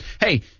Hey